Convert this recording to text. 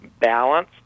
Balance